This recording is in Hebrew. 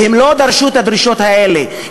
והם לא דרשו את הדרישות האלה,